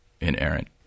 inerrant